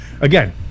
again